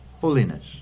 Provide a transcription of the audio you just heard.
holiness